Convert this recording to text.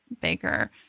baker